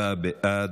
ארבעה בעד,